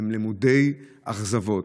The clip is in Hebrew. הם למודי אכזבות.